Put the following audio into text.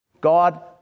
God